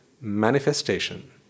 manifestation